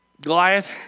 Goliath